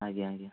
ଆଜ୍ଞା ଆଜ୍ଞା